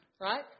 right